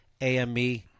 AME